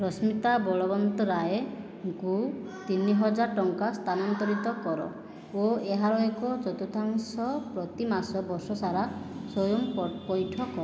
ରଶ୍ମିତା ବଳବନ୍ତରାୟଙ୍କୁ ତିନିହଜାର ଟଙ୍କା ସ୍ଥାନାନ୍ତରିତ କର ଓ ଏହାର ଏକ ଚତୁର୍ଥାଂଶ ପ୍ରତିମାସ ବର୍ଷସାରା ସ୍ଵୟଂ ପଇଠ କର